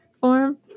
form